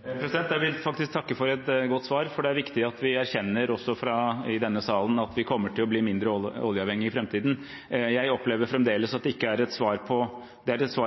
Jeg vil takke for et godt svar, for det er viktig at vi erkjenner, også i denne salen, at vi kommer til bli mindre oljeavhengig i framtiden. Jeg opplever at det er et svar